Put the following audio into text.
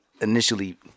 initially